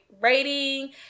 rating